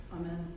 Amen